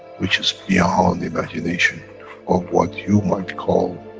which is beyond imagination of what you might call,